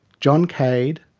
john cade,